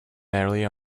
merrily